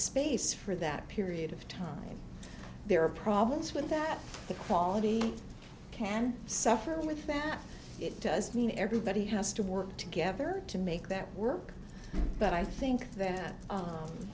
space for that period of time there are problems with that the quality can suffer with them it does mean everybody has to work together to make that work but i think that